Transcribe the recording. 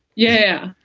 yeah,